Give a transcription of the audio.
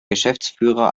geschäftsführer